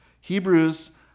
Hebrews